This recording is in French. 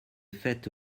faite